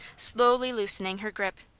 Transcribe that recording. slowly loosening her grip.